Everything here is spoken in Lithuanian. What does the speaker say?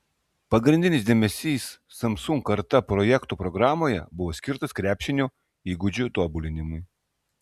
pagrindinis dėmesys samsung karta projekto programoje buvo skirtas krepšinio įgūdžių tobulinimui